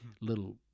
little